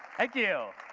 thank you.